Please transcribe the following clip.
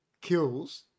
kills